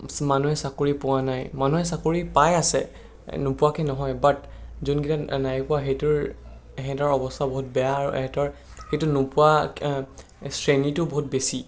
মানুহে চাকৰি পোৱা নাই মানুহে চাকৰি পাই আছে নোপোৱাকৈ নহয় বাট যোনকেটাইও নাই পোৱা সেইটোৰ সিহঁতৰ অৱস্থা বহুত বেয়া আৰু সিহঁতৰ সেইটো নোপোৱা শ্ৰেণীটো বহুত বেছি